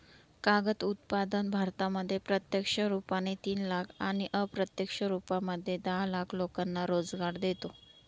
कागद उत्पादन भारतामध्ये प्रत्यक्ष रुपाने तीन लाख आणि अप्रत्यक्ष रूपामध्ये दहा लाख लोकांना रोजगार देतो